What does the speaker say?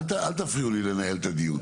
אל תפריעו לי לנהל את הדיון.